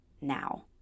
now